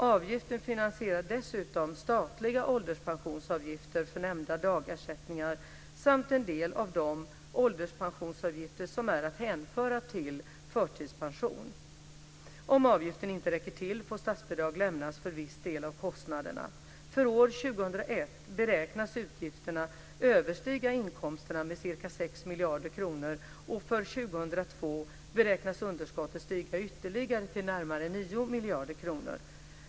Avgiften finansierar dessutom statliga ålderspensionsavgifter för nämnda dagersättningar samt en del av de ålderspensionsavgifter som är att hänföra till förtidspension. Om avgiften inte räcker till får statsbidrag lämnas för viss del av kostnaderna. För år 2001 beräknas utgifterna överstiga avgiftsinkomsterna med ca 6 miljarder kronor och för 2002 beräknas underskottet stiga ytterligare till närmare 9 miljarder kronor.